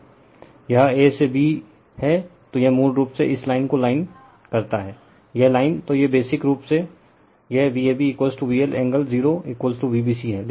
यह a से b है तो यह मूल रूप से इस लाइन को लाइन करता है यह लाइन तो बेसिक रूप से यह VabVL एंगल 0Vbc है